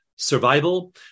survival